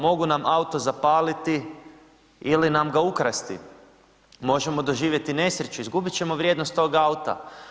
Mogu nam auto zapaliti ili nam ga ukrasti, možemo doživjeti nesreću, izgubiti ćemo vrijednost tog auta.